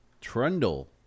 Trundle